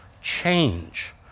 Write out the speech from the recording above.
change